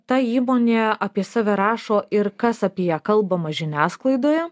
ta įmonė apie save rašo ir kas apie ją kalbama žiniasklaidoje